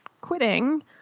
quitting